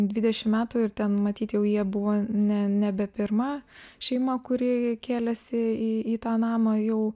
dvidešim metų ir ten matyt jau jie buvo ne nebe pirma šeima kuri kėlėsi į į tą namą jau